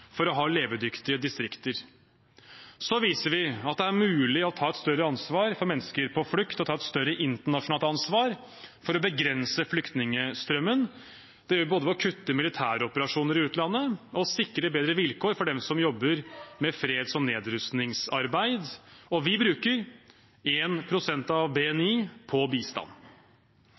for å ha levedyktige distrikter. Så viser vi at det er mulig å ta et større ansvar for mennesker på flukt og ta et større internasjonalt ansvar for å begrense flyktningstrømmen. Det gjør vi ved å kutte i militæroperasjoner i utlandet og sikre bedre vilkår for dem som jobber med freds- og nedrustningsarbeid. Vi bruker 1 pst. av BNI på bistand.